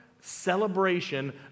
celebration